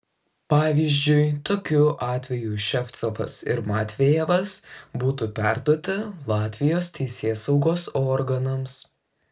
pavyzdžiui tokiu atveju ševcovas ir matvejevas būtų perduoti latvijos teisėsaugos organams